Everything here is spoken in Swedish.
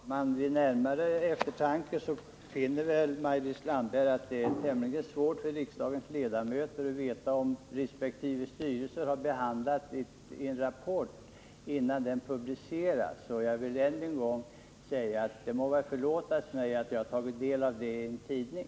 Fru talman! Vid närmare eftertanke finner nog Maj-Lis Landberg att det är tämligen svårt för riksdagens ledamöter att veta om resp. styrelse behandlat en rapport innan den publiceras. Och jag vill än en gång säga att det må väl förlåtas mig att jag tagit del av denna utredning i en tidning.